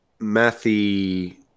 mathy –